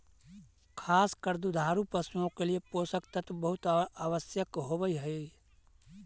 खास कर दुधारू पशुओं के लिए पोषक तत्व बहुत आवश्यक होवअ हई